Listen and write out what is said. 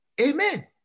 Amen